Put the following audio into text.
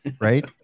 right